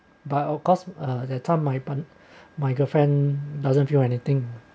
but of course uh that time my my girlfriend doesn't feel anything